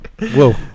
Whoa